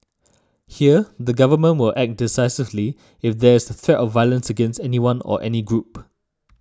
here the government will act decisively if there's threat of violence against anyone or any group